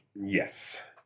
Yes